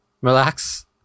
relax